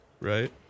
Right